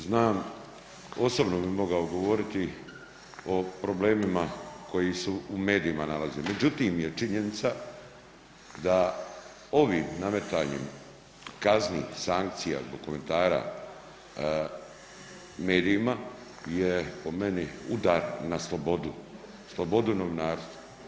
Znam osobno bih mogao govoriti o problemima koji su u medijima nalaze, međutim je činjenica da ovim nametanjem kazni, sankcija zbog komentara medijima je po meni udar na slobodu, slobodu novinarstva.